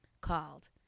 called